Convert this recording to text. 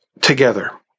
together